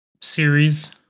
series